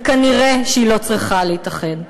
וכנראה היא לא צריכה להתאחד.